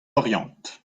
oriant